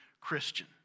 Christian